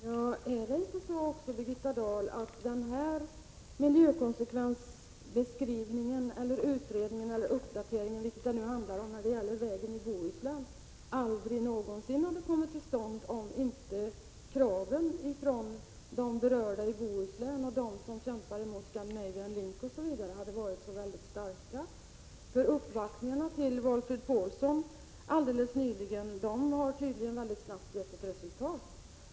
Herr talman! Är det inte så, Birgitta Dahl, att den här miljökonsekvensbeskrivningen eller utredningen eller uppdateringen — vad det nu handlar om — när det gäller vägen Stora Höga-Uddevalla aldrig någonsin hade kommit till stånd om inte kraven från de berörda i Bohuslän, från dem som kämpar emot Scandinavian Link osv., hade varit så väldigt starka? Uppvaktningarna för Valfrid Paulsson helt nyligen har tydligen mycket snabbt gett resultat.